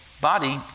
body